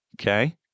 Okay